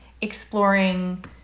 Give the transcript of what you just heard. exploring